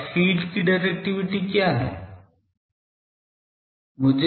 अब फ़ीड की डिरेक्टिविटी क्या है